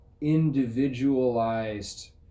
individualized